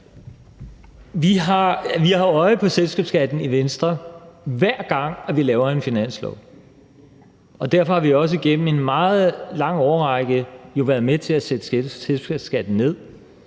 Venstre øje for selskabsskatten, hver gang vi laver en finanslov. Derfor har vi også gennem en meget lang årrække været med til at sætte selskabsskatten ned.